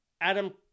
Adam